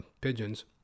pigeons